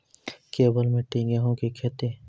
केवल मिट्टी गेहूँ की खेती?